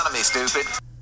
stupid